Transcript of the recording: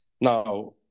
now